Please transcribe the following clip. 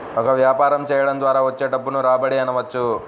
ఒక వ్యాపారం చేయడం ద్వారా వచ్చే డబ్బును రాబడి అనవచ్చు